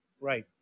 Right